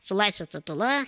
su laisvės statula